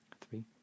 three